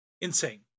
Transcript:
Insane